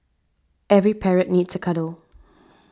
every parrot needs a cuddle